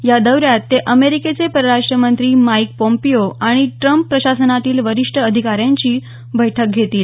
या दौऱ्यात ते अमेरिकेचे परराष्ट मंत्री माइक पोम्पियो आणि ट्रम्प प्रशासनातील वरिष्ठ अधिकाऱ्यांची बैठक घेतील